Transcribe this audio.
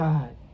God